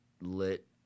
lit